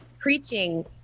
preaching